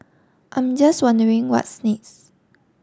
I'm just wondering what's this